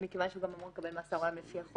ומכיוון שהוא גם אמור לקבל מאסר עולם בחוק